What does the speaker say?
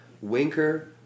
Winker